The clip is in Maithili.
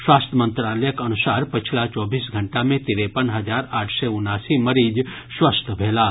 स्वास्थ्य मंत्रालयक अनुसार पछिला चौबीस घंटा मे तिरेपन हजार आठ सय उनासी मरीज स्वस्थ भेलाह